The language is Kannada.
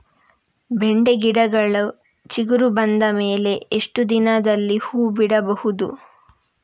ಬೆಂಡೆ ಗಿಡಗಳು ಚಿಗುರು ಬಂದ ಮೇಲೆ ಎಷ್ಟು ದಿನದಲ್ಲಿ ಹೂ ಬಿಡಬಹುದು?